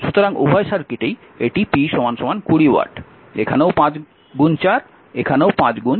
সুতরাং উভয় সার্কিটেই এটি p 20 ওয়াট এখানেও 5 4 এখানেও 5 4